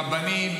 רבנים,